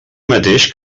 mateix